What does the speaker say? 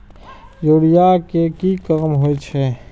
Urea के की काम होई छै?